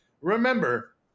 remember